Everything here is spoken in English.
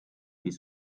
this